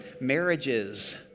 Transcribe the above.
marriages